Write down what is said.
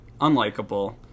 unlikable